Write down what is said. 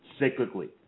cyclically